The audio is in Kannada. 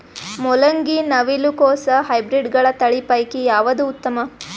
ಮೊಲಂಗಿ, ನವಿಲು ಕೊಸ ಹೈಬ್ರಿಡ್ಗಳ ತಳಿ ಪೈಕಿ ಯಾವದು ಉತ್ತಮ?